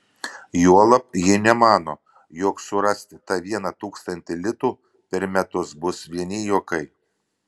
juolab ji nemano jog surasti tą vieną tūkstantį litų per metus bus vieni juokai